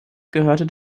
gehört